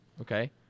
Okay